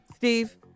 Steve